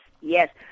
yes